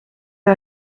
war